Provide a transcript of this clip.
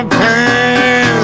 pain